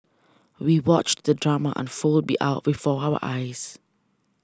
we watched the drama unfold be our before our eyes